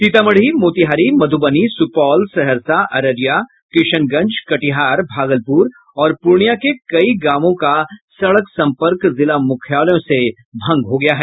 सीतामढ़ी मोतिहारी मध्रबनी सुपौल सहरसा अररिया किशनगंज कटिहार भागलपुर और पूर्णिया के कई गांवों का सड़क संपर्क जिला मुख्यालयों से भंग हो गया है